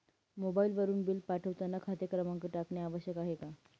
मोबाईलवरून बिल पाठवताना खाते क्रमांक टाकणे आवश्यक आहे का?